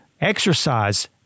Exercise